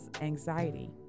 anxiety